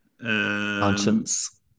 Conscience